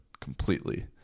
completely